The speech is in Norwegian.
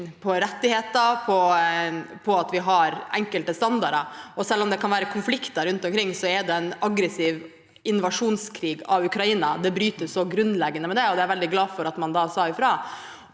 på rettigheter og enkelte standarder. Selv om det kan være konflikter rundt omkring, bryter en aggressiv invasjonskrig mot Ukraina så grunnleggende med det, og jeg er veldig glad for at man sa fra